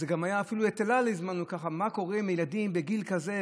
אז זה גם אפילו את אל על הזמנו: מה קורה עם הילדים בגיל כזה,